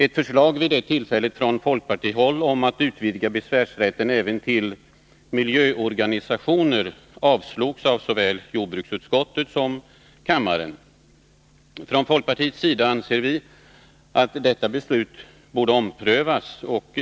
Ett förslag vid det tillfället från folkpartihåll om att utvidga besvärsrätten även till miljöorganisationer avstyrktes av jordbruksutskottet och avslogs av kammaren. Från folkpartiets sida anser vi att detta beslut borde omprövas.